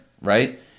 right